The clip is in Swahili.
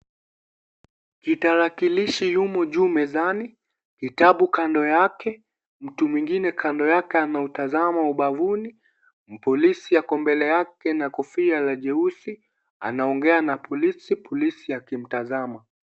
Kitarakilishi yumo juu mezani, kitabu kando yake, mtu mwingine kando yake anautazama ubavuni. Mpolisi ako mbele yake na kofia la jeusi. Anaongea na polisi, polisi akimtazama.